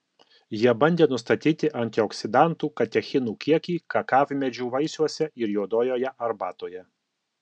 jie bandė nustatyti antioksidantų katechinų kiekį kakavmedžių vaisiuose ir juodojoje arbatoje